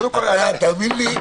תאמין לי,